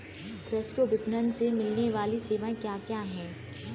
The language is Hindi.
कृषि को विपणन से मिलने वाली सेवाएँ क्या क्या है